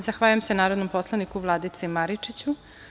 Zahvaljujem se narodnom poslaniku Vladici Maričiću.